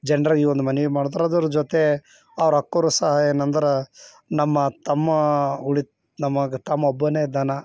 ಜನ್ರಿಗೆ ಈ ಒಂದು ಮನವಿ ಮಾಡಿದ್ರು ಅದರ ಜೊತೆ ಅವ್ರ ಅಕ್ಕೋರು ಸಹ ಏನಂದ್ರು ನಮ್ಮ ತಮ್ಮ ಉಳಿತು ನಮಗೆ ತಮ್ಮ ಒಬ್ಬನೇ ಇದ್ದಾನೆ